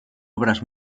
obras